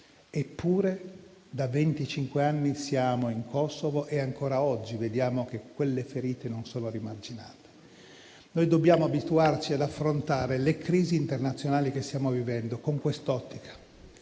eppure da venticinque anni siamo in Kosovo e ancora oggi vediamo che quelle ferite non sono rimarginate. Dobbiamo abituarci ad affrontare le crisi internazionali che stiamo vivendo con quest'ottica,